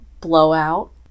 blowout